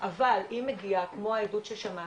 אבל אם מגיע כמו העדות ששמענו,